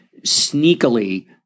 sneakily